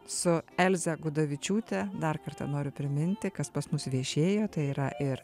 su elze gudavičiūte dar kartą noriu priminti kas pas mus viešėjo tai yra ir